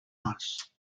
más